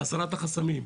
בהסרת החסמים,